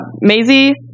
Maisie